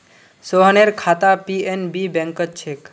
सोहनेर खाता पी.एन.बी बैंकत छेक